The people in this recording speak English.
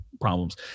problems